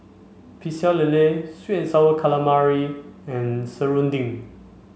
Pecel Lele sweet and sour calamari and Serunding